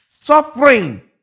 Suffering